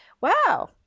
Wow